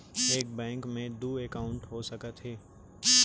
एक बैंक में दू एकाउंट हो सकत हे?